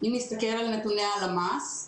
אם נסתכל על נתוני למ"ס,